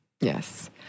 Yes